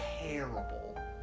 terrible